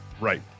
right